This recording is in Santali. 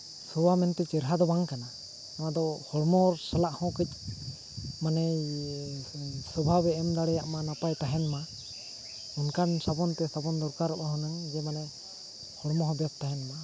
ᱥᱚᱣᱟ ᱢᱮᱱᱛᱮ ᱪᱮᱦᱨᱟ ᱫᱚ ᱵᱟᱝ ᱠᱟᱱᱟ ᱱᱚᱣᱟ ᱫᱚ ᱦᱚᱲᱢᱚ ᱥᱟᱞᱟᱜ ᱦᱚᱸ ᱠᱟᱹᱡ ᱢᱟᱱᱮ ᱥᱚᱵᱷᱟᱵᱮᱭ ᱮᱢ ᱫᱟᱲᱮᱭᱟᱜ ᱢᱟ ᱱᱟᱯᱟᱭ ᱛᱟᱦᱮᱱ ᱢᱟ ᱚᱱᱠᱟᱱ ᱥᱟᱵᱚᱱ ᱛᱮ ᱥᱟᱵᱚᱱ ᱫᱚᱨᱟᱠᱟᱨᱚᱜᱼᱟ ᱦᱩᱱᱟᱹᱝ ᱡᱮ ᱢᱟᱱᱮ ᱦᱚᱲᱢᱚ ᱦᱚᱸ ᱵᱮᱥ ᱛᱟᱦᱮᱱ ᱢᱟ